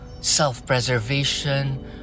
self-preservation